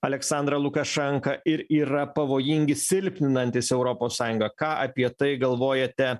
aleksandrą lukašenką ir yra pavojingi silpninantys europos sąjungą ką apie tai galvojate